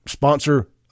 Sponsor